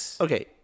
okay